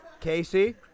Casey